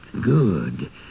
Good